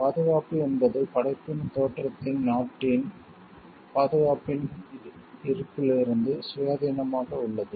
பாதுகாப்பு என்பது படைப்பின் தோற்றத்தின் நாட்டில் பாதுகாப்பின் இருப்பிலிருந்து சுயாதீனமாக உள்ளது